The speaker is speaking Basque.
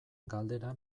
galdera